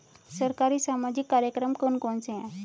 सरकारी सामाजिक कार्यक्रम कौन कौन से हैं?